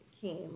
came